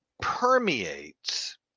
permeates